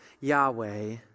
Yahweh